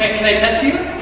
and can i test you?